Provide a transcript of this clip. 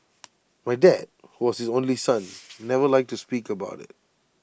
my dad who was his only son never liked to speak about IT